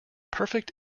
perfect